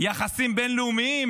יחסים בין-לאומיים.